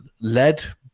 led